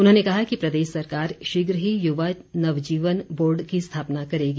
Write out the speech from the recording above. उन्होंने कहा कि प्रदेश सरकार शीघ्र ही युवा नवजीवन बोर्ड की स्थापना करेगी